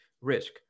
risk